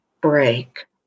break